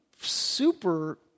super